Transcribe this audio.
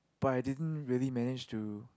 by I didn't really manage to